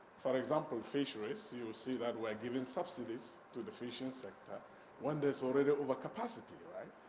for example, fisheries, you'll see that why giving subsidies to the fishing sector when there's already over capacity, right?